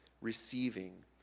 receiving